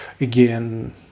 again